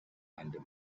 under